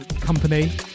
company